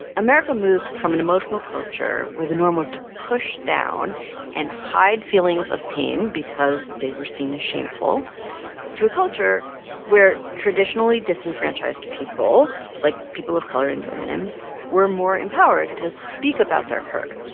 america moved from an emotional culture where the norm was to push down and hide feelings of pain because they were seen as shameful to a culture where traditionally disenfranchised people like people of color and women were more empowered to speak about their hurt.